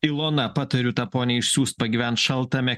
ilona patariu tą ponią išsiųst pagyvent šaltame